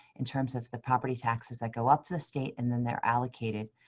in terms of the property taxes that go up to the state and then they're allocated.